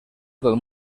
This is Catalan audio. del